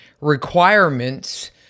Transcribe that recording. requirements